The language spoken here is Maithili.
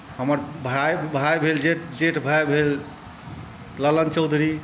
हमर भाइ भाइ भेल जे जेठ भाइ भेल लल्लन चौधरी